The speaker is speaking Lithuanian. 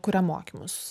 kuria mokymus